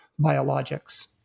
biologics